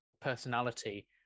personality